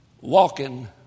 Walking